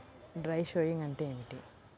Dry sowing అంటే ఏమిటి?